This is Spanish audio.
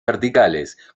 verticales